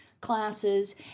classes